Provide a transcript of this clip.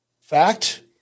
fact